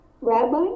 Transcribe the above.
Rabbi